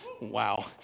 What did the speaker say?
Wow